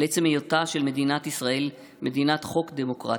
על עצם היותה של מדינת ישראל מדינת חוק דמוקרטית.